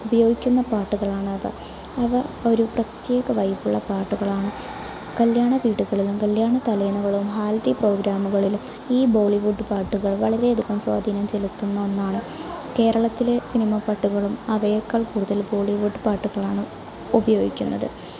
ഉപയോഗിക്കുന്ന പാട്ടുകളാണ് അവ അവ ഒരു പ്രത്യേക വൈബുള്ള പാട്ടുകളാണ് കല്യാണ വീടുകളിലും കല്യാണ തലേന്നുകളും ഹല്ദി പ്രോഗ്രാമുകളിലും ഈ ബോളിവുഡ് പാട്ടുകള് വളരെയധികം സ്വാധീനം ചെലുത്തുന്ന ഒന്നാണ് കേരളത്തിലെ സിനിമ പാട്ടുകളും അവയേക്കാള് കൂടുതല് ബോളിവുഡ് പാട്ടുകളാണ് ഉപയോഗിക്കുന്നത്